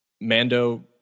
Mando